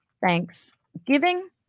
Thanksgiving